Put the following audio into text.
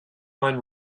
wine